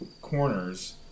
corners